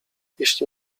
jeśli